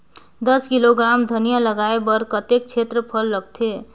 दस किलोग्राम धनिया लगाय बर कतेक क्षेत्रफल लगथे?